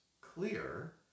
clear